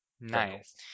Nice